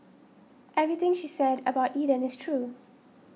everything she said about Eden is true